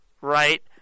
right